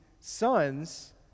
sons